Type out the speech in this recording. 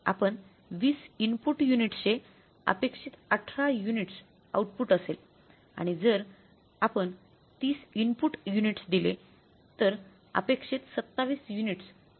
आपण 20 इनपुट युनिट्सचे अपेक्षित 18 युनिट्स आउटपुट असेल आणि जर आपण 30 इनपुट युनिट्स दिले त रअपेक्षित 27 युनिट्स आउटपु होते